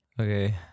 okay